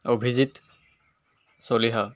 Abhijit Chaliha